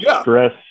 stress